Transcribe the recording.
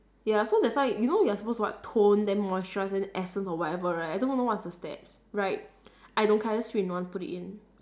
ya so that's why you know you are supposed to what tone then moisturise then essence or whatever right I don't even know what's the steps right I don't care I just three in one put it in